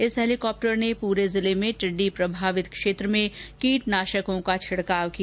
इस हैलिकॉप्टर ने पूरे जिले में टिड्डी प्रभावित क्षेत्र में कीटनाशकों का छिड़काव किया